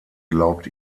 glaubt